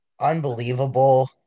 unbelievable